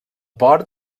port